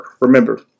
Remember